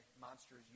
Monsters